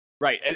Right